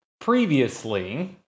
Previously